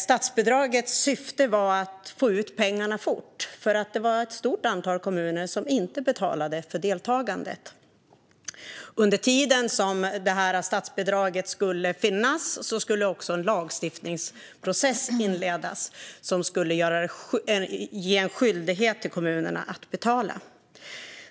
Syftet med statsbidraget var att få ut pengarna fort, för det var ett stort antal kommuner som inte betalade för deltagandet. Under den tid statsbidraget skulle finnas skulle också en lagstiftningsprocess inledas som skulle innebära en skyldighet för kommunerna att betala.